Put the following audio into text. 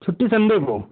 छुट्टी संडे को